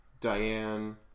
Diane